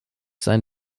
sein